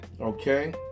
okay